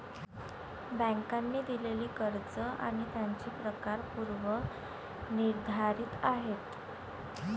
बँकांनी दिलेली कर्ज आणि त्यांचे प्रकार पूर्व निर्धारित आहेत